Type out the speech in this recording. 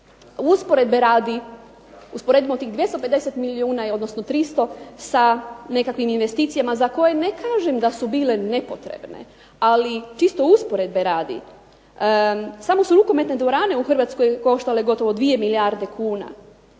Usporedbe radi usporedimo tih 250 milijuna, odnosno 300 sa nekakvim investicijama za koje ne kažem da su bile nepotrebne. Ali čisto usporedbe radi samo su rukometne dvorane u Hrvatskoj koštale gotovo 2 milijarde kuna.